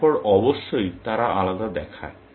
তারপর অবশ্যই তারা আলাদা দেখায়